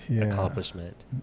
accomplishment